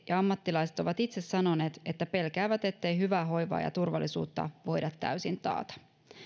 ja ammattilaiset ovat itse sanoneet että pelkäävät ettei hyvää hoivaa ja turvallisuutta voida täysin taata